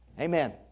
Amen